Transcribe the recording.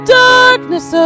darkness